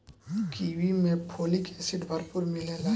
kiwi में folic acid भरपूर मिलेला